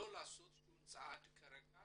כדי לא לעשות שום צעד כרגע.